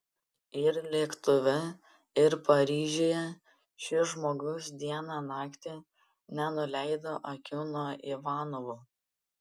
ir lėktuve ir paryžiuje šis žmogus dieną naktį nenuleido akių nuo ivanovo